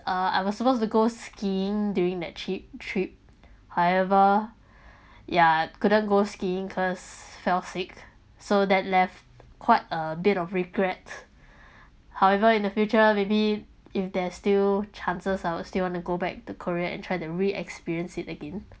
uh I was supposed to go skiing during that cheap trip however yeah couldn't go skiing cause fell sick so that left quite a bit of regret however in the future maybe if there still chances I will still want to go back to korea and try the re experience it again